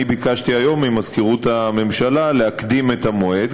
אני ביקשתי היום ממזכירות הממשלה להקדים את המועד,